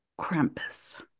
Krampus